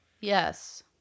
Yes